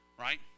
right